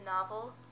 novel